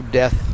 death